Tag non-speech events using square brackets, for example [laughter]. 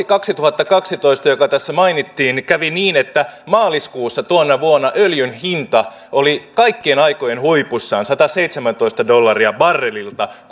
[unintelligible] kaksituhattakaksitoista joka tässä mainittiin kävi niin että maaliskuussa tuona vuonna öljyn hinta oli kaikkien aikojen huipussaan sataseitsemäntoista dollaria barrelilta [unintelligible]